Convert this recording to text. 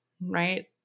Right